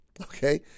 Okay